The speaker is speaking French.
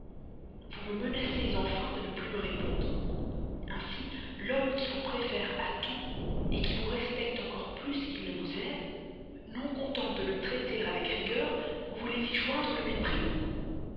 vous me menacez enfin de ne plus me répondre ainsi l'homme qui vous préfère à tout vous respecte encore plus qu'il ne vous aime non contente de le traiter avec rigueur vous voulez y joindre le mépris